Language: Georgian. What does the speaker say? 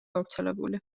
გავრცელებული